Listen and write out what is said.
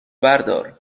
بردار